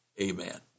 amen